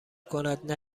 کند